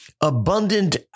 abundant